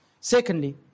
Secondly